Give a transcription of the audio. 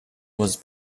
was